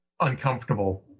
uncomfortable